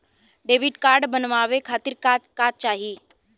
Debit card बनवावे खातिर का का चाही?